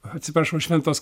atsiprašau šventos